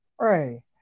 Right